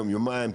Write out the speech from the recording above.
יום-יומיים,